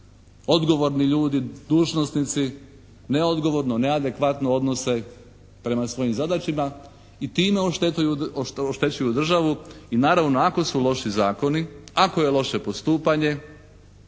odgovorni ljudi, dužnosnici, neodgovorno, neadekvatno odnose prema svojim zadaćama i time oštećuju državu. I naravno ako su loši zakoni, ako je loše postupanje